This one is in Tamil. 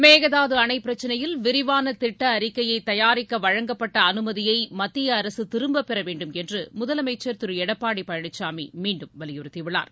மேகதாது அணை பிரச்சினையில் விரிவான திட்ட அறிக்கையை தயாரிக்க வழங்கப்பட்ட அனுமதியை மத்திய அரசு திரும்பப் பெற வேண்டும் என்று முதலமைச்சர் திரு எடப்பாடி பழனிசாமி மீண்டும் வலியுறுத்தியுள்ளார்